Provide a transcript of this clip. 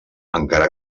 encara